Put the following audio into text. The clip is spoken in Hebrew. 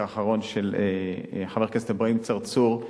האחרון של חבר הכנסת אברהים צרצור,